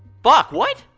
fuck. what?